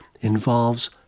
involves